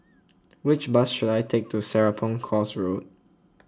which bus should I take to Serapong Course Road